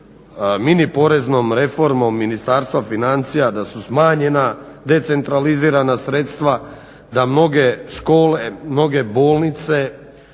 mini poreznom reformom Ministarstva financija da su smanjena decentralizirana sredstva da mnoge škole, bolnice,